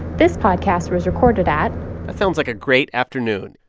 this podcast was recorded at. that sounds like a great afternoon.